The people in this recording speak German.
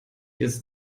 ist